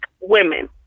women